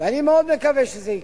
ואני מאוד מקווה שזה יקרה,